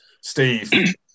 Steve